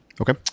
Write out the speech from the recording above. Okay